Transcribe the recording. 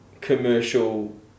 commercial